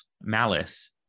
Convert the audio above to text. malice